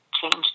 changed